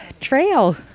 trail